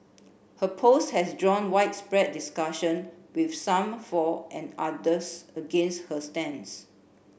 her post has drawn widespread discussion with some for and others against her stance